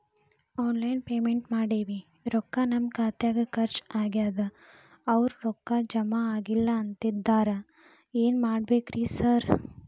Online payment ಮಾಡೇವಿ ರೊಕ್ಕಾ ನಮ್ ಖಾತ್ಯಾಗ ಖರ್ಚ್ ಆಗ್ಯಾದ ಅವ್ರ್ ರೊಕ್ಕ ಜಮಾ ಆಗಿಲ್ಲ ಅಂತಿದ್ದಾರ ಏನ್ ಮಾಡ್ಬೇಕ್ರಿ ಸರ್?